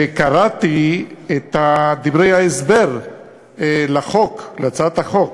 וקראתי את דברי ההסבר להצעת החוק,